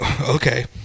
Okay